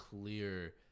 clear